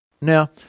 Now